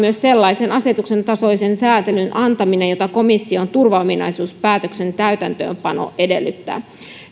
myös sellaisen asetuksen tasoisen sääntelyn antaminen jota komission turvaominaisuuspäätöksen täytäntöönpano edellyttää